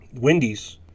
Wendy's